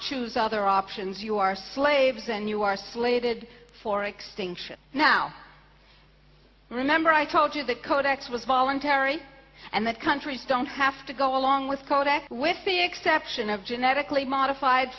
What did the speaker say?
choose other options you are slaves and you are slated for extinction now remember i told you that codex was voluntary and that countries don't have to go along with caltech with the exception of genetically modified